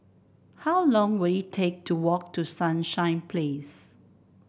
how long will it take to walk to Sunshine Place